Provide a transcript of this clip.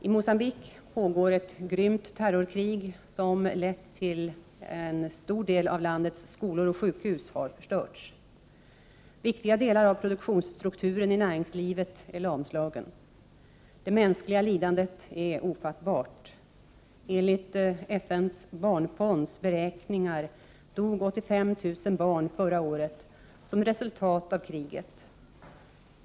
I Mogambique pågår ett grymt terrorkrig som lett till att en stor del av landets skolor och sjukhus har förstörts. Viktiga delar av produktionsstrukturen i näringslivet är lamslagen. Det mänskliga lidandet är ofattbart. Enligt FN:s barnfonds beräkningar dog 85 000 barn förra året som resultat av kriget.